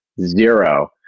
zero